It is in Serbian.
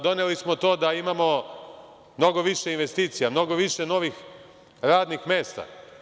Doneli smo to, mnogo više investicija, mnogo više novih radnih mesta.